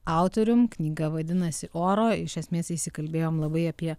autorium knyga vadinasi oro iš esmės įsikalbėjom labai apie